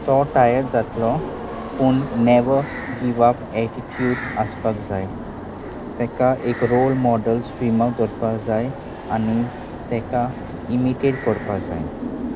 तो टायर्ड जातलो पूण नॅवर गिव अप एटिट्यूड आसपाक जाय ताका एक रोल मॉडल स्विम दवरपाक जाय आनी ताका इमिटेट करपा जाय